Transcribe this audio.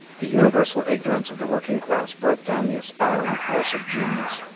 the universal ignorance of the working class broke down the aspiring force of genius.